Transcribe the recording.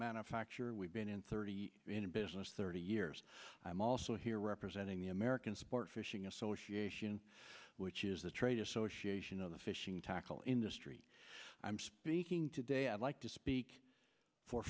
manufacturer we've been in thirty in a business thirty years i'm also here representing the american sport fishing association which is the trade association of the fishing tackle industry i'm speaking today i'd like to speak for